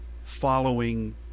following